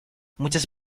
muchas